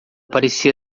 parecia